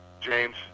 James